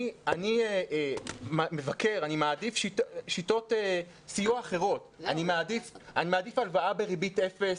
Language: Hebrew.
אני מעדיף שיטות סיוע אחרות אני מעדיף הלוואה בריבית אפס,